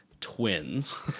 Twins